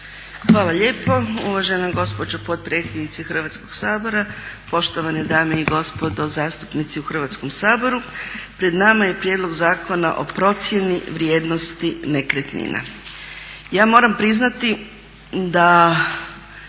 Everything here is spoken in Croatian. Hvala lijepo uvažena gospođo potpredsjednice Hrvatskoga sabora, poštovane dame i gospodo zastupnici u Hrvatskom saboru. Pred nama je Prijedlog zakona o procjeni vrijednosti nekretnina. Ja moram priznati da,